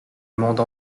monde